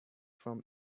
from